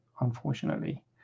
unfortunately